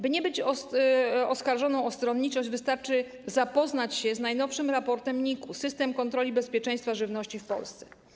By nie być oskarżoną o stronniczość, powiem, że wystarczy zapoznać się z najnowszym raportem NIK: System kontroli bezpieczeństwa żywności w Polsce.